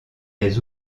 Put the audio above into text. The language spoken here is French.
des